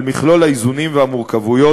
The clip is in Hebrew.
על מכלול האיזונים והמורכבויות,